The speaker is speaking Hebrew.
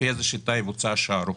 יבוצע השערוך.